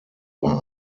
war